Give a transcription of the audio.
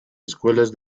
escuelas